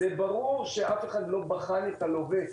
ברור שאף אחד לא בחן את הלווה.